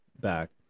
back